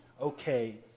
okay